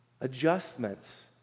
adjustments